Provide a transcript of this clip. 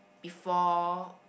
before